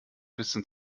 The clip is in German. bisschen